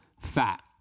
fat